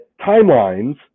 timelines